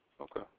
Okay